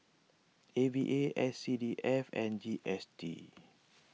A V A S C D F and G S T